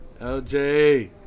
LJ